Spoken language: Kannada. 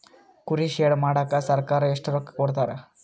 ಕುರಿ ಶೆಡ್ ಮಾಡಕ ಸರ್ಕಾರ ಎಷ್ಟು ರೊಕ್ಕ ಕೊಡ್ತಾರ?